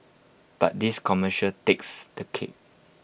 but this commercial takes the cake